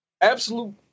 absolute